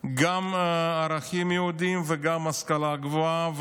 גם ערכים יהודים וגם השכלה גבוהה,